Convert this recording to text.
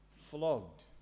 flogged